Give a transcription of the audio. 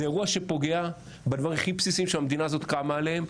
זה אירוע שפוגע בדברים הכי בסיסיים שהמדינה הזאת קמה עליהם,